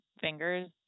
fingers